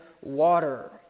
water